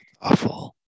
Awful